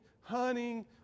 hunting